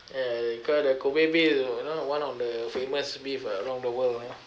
ya the the kobe beef you know one of the famous beef ah around the world you know